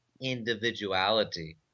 individuality